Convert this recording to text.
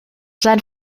sein